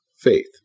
faith